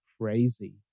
crazy